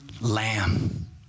lamb